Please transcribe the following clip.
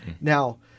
Now